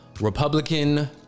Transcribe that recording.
Republican